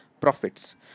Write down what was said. profits